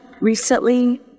recently